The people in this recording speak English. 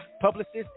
publicists